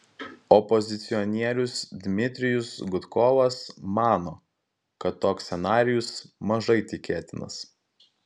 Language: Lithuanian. opozicionierius dmitrijus gudkovas mano kad toks scenarijus mažai tikėtinas